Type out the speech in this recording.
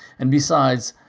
and besides,